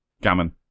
Gammon